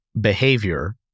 behavior